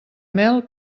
mel